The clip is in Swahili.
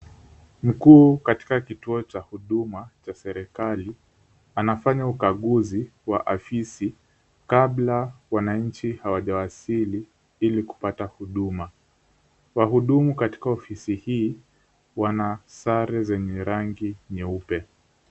Mkuu katika kituo cha huduma cha serikali anafanya ukaguzi wa ofisi kabla wananchi hawaja wasili ilikupata huduma, wahudumu katika ofisi hii wanasare zenye rangi nyeupe.